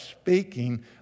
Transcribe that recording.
speaking